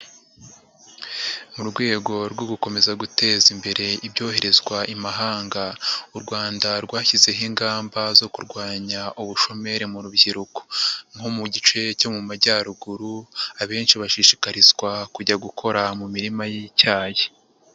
Mu rwego rwo gukomeza guteza imbere ibyoherezwa i mahanga, u Rwanda rwashyizeho ingamba zo kurwanya ubushomeri mu rubyiruko, nko mu gice cyo mu majyaruguru abenshi bashishikarizwa kujya gukora mu mirima y'icyayi.